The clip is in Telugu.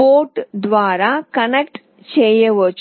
పోర్ట్ ద్వారా కనెక్ట్ చేయవచ్చు